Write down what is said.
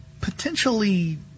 potentially